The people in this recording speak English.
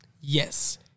Yes